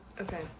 Okay